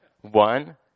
One